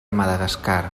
madagascar